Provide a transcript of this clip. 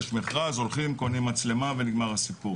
יש מכרז, קונים מצלמה ונגמר הסיפור.